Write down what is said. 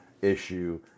issue